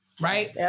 right